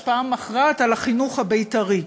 השפעה מכרעת על החינוך הבית"רי.